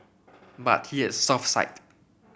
but he had a soft side